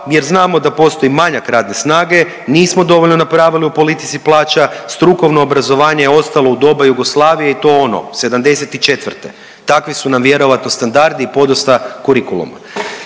jer znamo da postoji manjak radne snage, nismo dovoljno napravili u politici plaća, strukovno obrazovanje je ostalo u doba Jugoslavije i to ono '74. Takvi su nam vjerojatno standardi i podosta kurikulumi.